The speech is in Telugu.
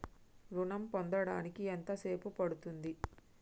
ఋణం పొందడానికి ఎంత సేపు పడ్తుంది?